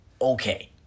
Okay